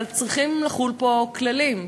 אבל צריכים לחול פה כללים.